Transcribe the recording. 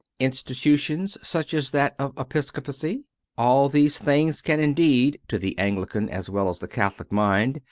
institutions such as that of episco pacy all these things can indeed, to the anglican as well as the catholic mind,